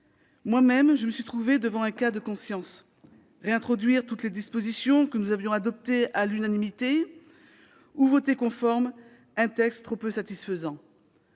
Moi-même, je me suis trouvée devant un cas de conscience : réintroduire toutes les dispositions que nous avions adoptées à l'unanimité ou voter conforme un texte trop peu satisfaisant.